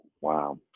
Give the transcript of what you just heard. Wow